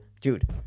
dude